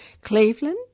Cleveland